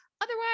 Otherwise